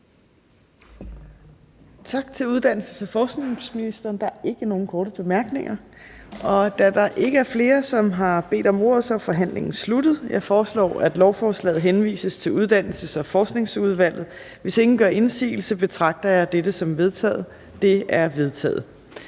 Tak til uddannelses- og forskningsministeren. Der er ikke nogen korte bemærkninger. Da der ikke er flere, som har bedt om ordet, er forhandlingen sluttet. Jeg foreslår, at lovforslaget henvises til Uddannelses- og Forskningsudvalget. Hvis ingen gør indsigelse, betragter jeg dette som vedtaget. Det er vedtaget.